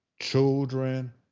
children